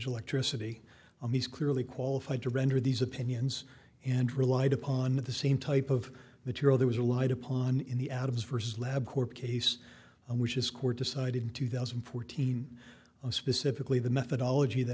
electricity on these clearly qualified to render these opinions and relied upon the same type of material there was a light upon in the atoms for slab court case which is court decided in two thousand and fourteen specifically the methodology that